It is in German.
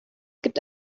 gibt